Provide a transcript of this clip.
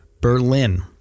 Berlin